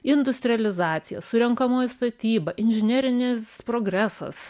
industrializacija surenkamoji statyba inžinerinis progresas